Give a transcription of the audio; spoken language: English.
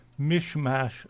mishmash